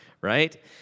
right